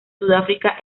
sudáfrica